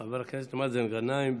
חבר הכנסת מאזן גנאים,